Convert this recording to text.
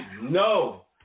No